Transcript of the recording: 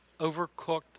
overcooked